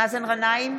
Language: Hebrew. מאזן גנאים,